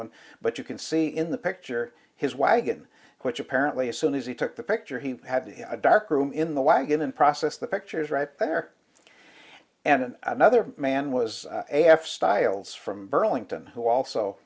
one but you can see in the picture his wagon which apparently as soon as he took the picture he had a darkroom in the wagon and processed the pictures right there and i'm other man was a half styles from burlington who also